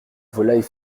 volaille